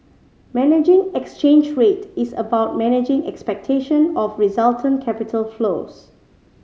managing exchange rate is about managing expectation of resultant capital flows